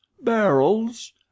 barrels